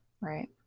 Right